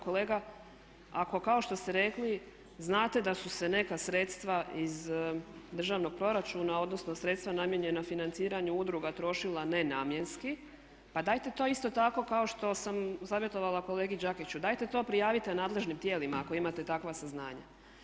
Kolega ako kao što ste rekli znate da su se neka sredstva iz državnog proračuna, odnosno sredstva namijenjena financiranju udruga trošila nenamjenski, pa dajte to isto tako kao što sam savjetovala kolegi Đakiću, dajte to prijavite nadležnim tijelima ako imate takva saznanja.